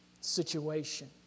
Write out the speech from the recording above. situation